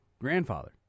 Grandfather